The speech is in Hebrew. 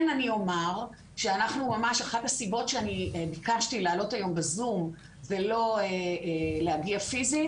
אני כן אומר שאחת הסיבות שביקשתי לעלות היום בזום ולא להגיע פיזית,